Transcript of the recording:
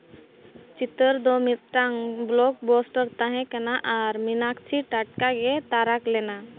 ᱪᱤᱛᱟᱹᱨ ᱫᱚ ᱢᱤᱫᱴᱟᱝ ᱵᱞᱚᱠ ᱵᱟᱥᱴᱟᱨ ᱛᱟᱦᱮᱸ ᱠᱟᱱᱟ ᱟᱨ ᱢᱮᱱᱟᱜᱼᱟ ᱪᱮ ᱴᱟᱴᱠᱟ ᱜᱮ ᱛᱟᱨᱟᱠᱷ ᱞᱮᱱᱟ